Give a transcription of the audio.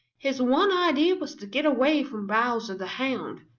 his one idea was to get away from bowser the hound.